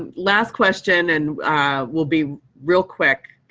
last question, and we'll be real quick,